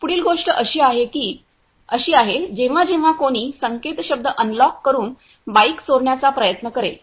पुढील गोष्ट अशी आहे जेव्हा जेव्हा कोणी संकेतशब्द अनलॉक करुन बाइक चोरण्याचा प्रयत्न करेल